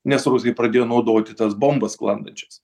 nes rusai pradėjo naudoti tas bombas sklandančias